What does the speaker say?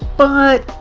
but,